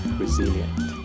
resilient